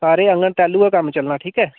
सारे आङन तेल्लू गै कम्म चलना ठीक ऐ